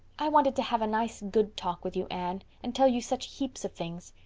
i wanted to have a nice good talk with you, anne, and tell you such heaps of things.